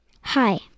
Hi